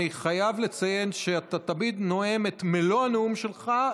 אני חייב לציין שאתה תמיד נואם את מלוא הנאום שלך,